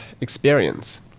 experience